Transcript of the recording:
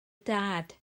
dad